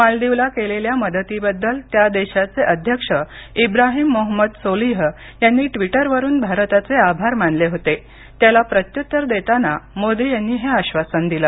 मालदीवला केलेल्या मदतीबद्दल त्या देशाचे अध्यक्ष इब्राहीम मोहम्मद सोलीह यांनी ट्विटरवरून भारताचे आभार मानले होते त्याला प्रत्युत्तर देताना मोदी यांनी हे आश्वासन दिलं